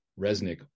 Resnick